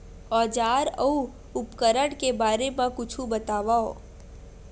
औजार अउ उपकरण के बारे मा कुछु बतावव?